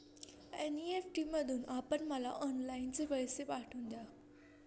NEFT मधून आपण मला ऑनलाईनच पैसे पाठवून द्या